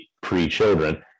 pre-children